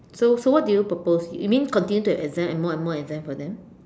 so so what do you propose you mean continue to exam and more and more exam for them